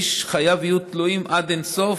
חייו של האיש יהיו תלויים עד אין-סוף,